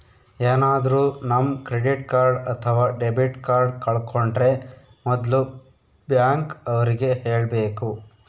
ಏನಾದ್ರೂ ನಮ್ credit card ಅಥವಾ ಡೆಬಿಟ್ ಕಾರ್ಡ್ ಕಳ್ಕೊಂಡ್ರೆ ಮೊದ್ಲು ಬ್ಯಾಂಕ್ ಅವ್ರಿಗೆ ಹೇಳ್ಬೇಕು